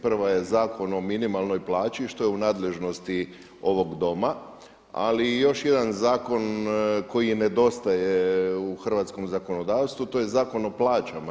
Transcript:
Prva je Zakon o minimalnoj plaći što je u nadležnosti ovog doma ali i još jedan zakon koji nedostaje u hrvatskom zakonodavstvu to je Zakon o plaćama.